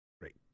great